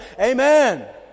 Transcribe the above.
Amen